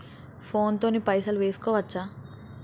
Phone తోని పైసలు వేసుకోవచ్చా?